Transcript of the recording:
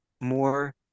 more